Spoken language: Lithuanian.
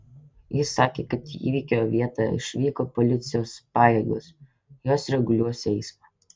ji sakė kad į įvykio vietą išvyko policijos pajėgos jos reguliuos eismą